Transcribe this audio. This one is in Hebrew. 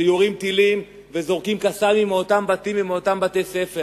שיורים טילים וזורקים "קסאמים" מאותם בתים ומאותם בתי-ספר.